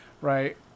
right